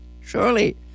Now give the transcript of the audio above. surely